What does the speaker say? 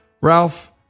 Ralph